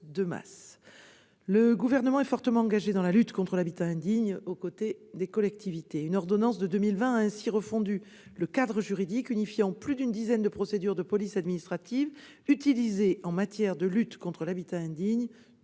le Gouvernement est fortement engagé dans la lutte contre l'habitat indigne aux côtés des collectivités. Une ordonnance de 2020 a ainsi refondu le cadre juridique, unifiant plus d'une dizaine de procédures de police administrative utilisées en matière de lutte contre l'habitat indigne,